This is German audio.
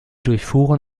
durchfuhren